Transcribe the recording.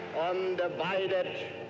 undivided